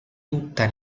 tutta